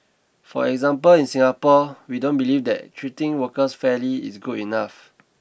for example in Singapore we don't believe that treating workers fairly is good enough